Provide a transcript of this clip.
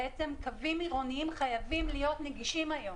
קווים עירוניים חייבים להיות נגישים היום.